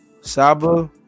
saba